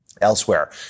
Elsewhere